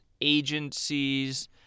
agencies